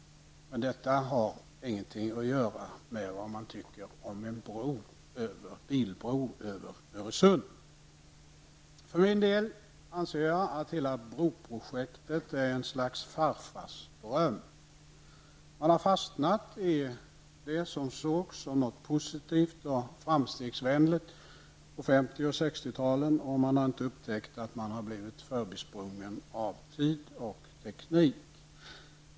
Men detta har ingenting att göra med vad man tycker om en bilbro över Öresund. Jag anser att hela broprojektet är en slags farfarsdröm. Man har fastnat i det som sågs såsom något positivt och framstegsvänligt på 1950 och 1960-talen, och man har inte upptäckt att man har blivit förbisprungen av tiden och tekniken.